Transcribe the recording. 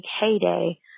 heyday